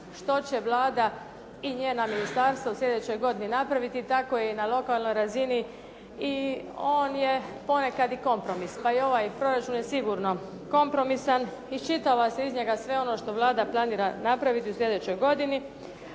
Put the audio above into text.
što će Vlada i njena ministarstva u sljedećoj godini napraviti. Tako je i na lokalnoj razini i on je ponekada i kompromis. Pa ovaj proračun je sigurno kompromisan. Iščitava se iz njega sve ono što Vlada planira napraviti u sljedećoj godini,